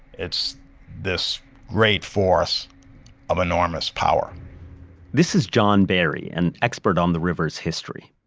it's this great force of enormous power this is john barry, an expert on the river's history.